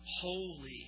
Holy